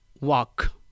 Walk